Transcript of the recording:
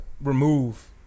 remove